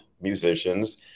musicians